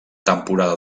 temporada